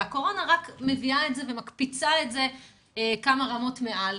והקורונה רק מביאה את זה ומקפיצה את זה כמה רמות מעל,